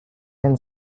and